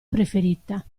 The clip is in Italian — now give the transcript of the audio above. preferita